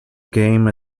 game